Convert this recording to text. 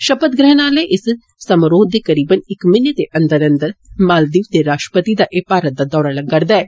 षपथ ग्रहण आले इस समारोह दे तकरीबन इक म्हीनें दे अंदर अंदर मालद्वीप दे राश्ट्रपति दा एदे भारत दौरा लग्गा रदा ऐ